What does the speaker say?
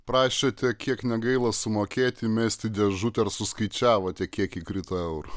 prašėte kiek negaila sumokėti mesti dėžutę ar suskaičiavote kiek įkrito eurų